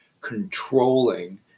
controlling